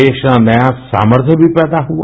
देश में नया सामर्थय भी पैदा हुआ